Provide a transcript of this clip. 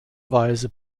weise